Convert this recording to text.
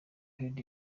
heard